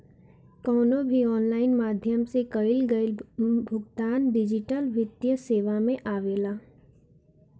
कवनो भी ऑनलाइन माध्यम से कईल गईल भुगतान डिजिटल वित्तीय सेवा में आवेला